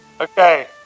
Okay